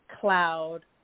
cloud